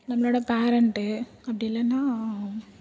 நம்மளோடய பேரண்ட்டு அப்படி இல்லைன்னா